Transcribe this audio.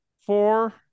four